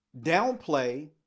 downplay